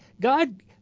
god